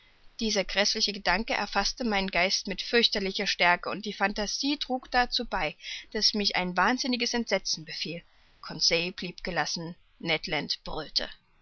dieser gräßliche gedanke erfaßte meinen geist mit fürchterlicher stärke und die phantasie trug dazu bei daß mich ein wahnsinniges entsetzen befiel conseil blieb gelassen ned land brüllte